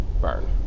Burn